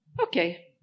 Okay